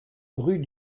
rue